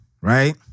right